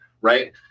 Right